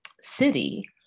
city